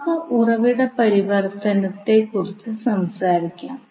നമുക്ക് ഉറവിട പരിവർത്തനത്തെക്കുറിച്ച് സംസാരിക്കാം